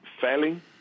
failing